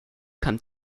kam